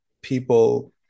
people